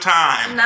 time